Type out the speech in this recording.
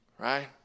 Right